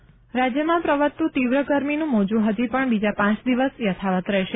ગરમી રાજ્યમાં પ્રવર્તતું તીવ્ર ગરમીનું મોજું હજી પણ બીજા પાંચ દિવસ યથાવત રહેશે